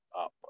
up